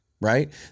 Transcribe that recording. right